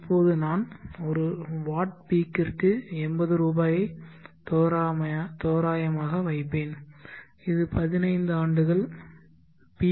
இப்போது நான் ஒரு watt peak ற்கு 80 ரூபாயை தோராயமாக வைப்பேன் இது 15 ஆண்டுகள் பி